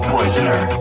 Poisoner